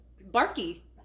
barky